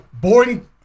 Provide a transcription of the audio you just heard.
Boring